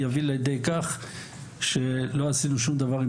יביא לידי כך שלא עשינו שום דבר,